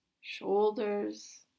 shoulders